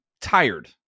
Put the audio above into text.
tired